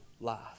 life